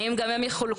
האם גם הם יחולקו